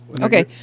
Okay